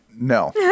No